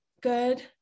good